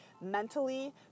mentally